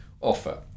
offer